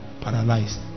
paralyzed